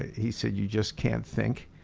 he said you just can't think